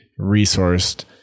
resourced